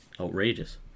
outrageous